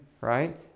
right